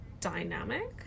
dynamic